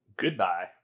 Goodbye